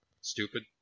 Stupid